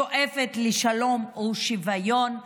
שואפת לשלום ושוויון,